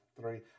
three